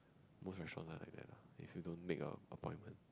most restaurants all like that lah if you don't make a appointment